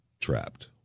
trapped